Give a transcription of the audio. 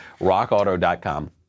rockauto.com